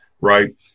Right